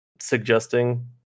suggesting